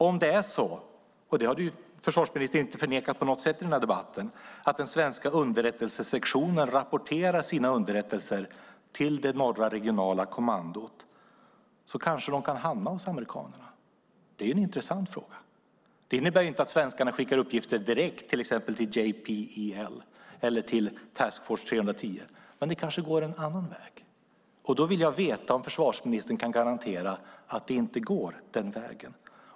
Om det är så - och det har försvarsministern inte på något sätt förnekat i debatten - att den svenska underrättelsesektionen rapporterar sina underrättelser till det norra regionala kommandot kanske uppgifterna kan hamna hos amerikanerna. Det är en intressant fråga. Det innebär inte att svenskarna skickar uppgifter direkt till exempelvis JPEL eller Task Force 3-10, men de kanske går en annan väg. Då vill jag veta om försvarsministern kan garantera att de inte går den vägen.